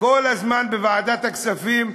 כל הזמן בוועדת הכספים,